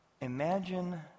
Imagine